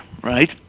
right